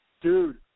dude